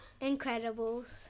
Incredibles